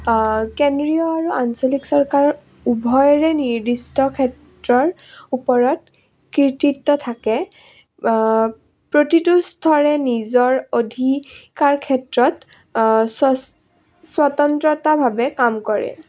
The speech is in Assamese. কেন্দ্ৰীয় আৰু আঞ্চলিক চৰকাৰ উভয়ৰে নিৰ্দিষ্ট ক্ষেত্ৰৰ ওপৰত কীৰ্তিত্ব থাকে প্ৰতিটো স্তৰে নিজৰ অধিকাৰ ক্ষেত্ৰত স্বতন্ত্ৰতাভাৱে কাম কৰে